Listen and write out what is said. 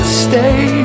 stay